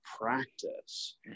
practice